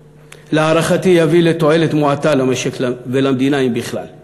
להערכתי תביא לתועלת מועטה למשק ולמדינה, אם בכלל.